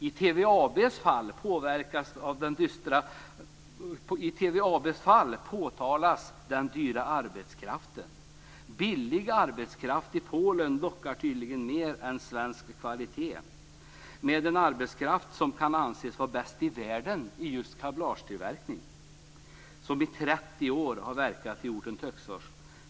I TVAB:s fall påtalas den dyra arbetskraften. Billig arbetskraft i Polen lockar tydligen mer än svensk kvalitet med en arbetskraft som kan anses vara bäst i världen på just kablagetillverkning och som i 30 år har verkat i orten Töcksfors.